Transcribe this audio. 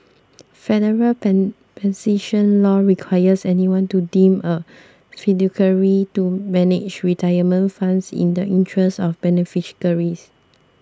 federal pen law requires anyone to deemed a fiduciary to manage retirement funds in the interests of